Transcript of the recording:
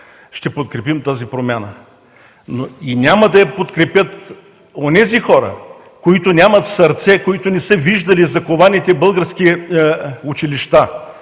ще подкрепим тази промяна, но няма да я подкрепят онези хора, които нямат сърце, които не са виждали закованите български училища,